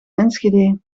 enschede